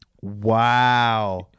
Wow